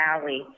Valley